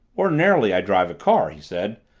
ordinarily i drive a car, he said.